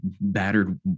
battered